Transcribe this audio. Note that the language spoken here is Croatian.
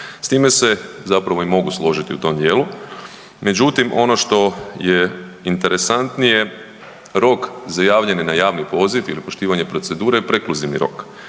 S time se zapravo i mogu složiti u tom dijelu, međutim ono što je interesantnije rok za javljanje na javni poziv jer je poštivanje procedure prekluzivni rok